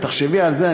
תחשבי על זה,